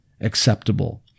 acceptable